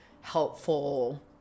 helpful